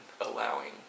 allowing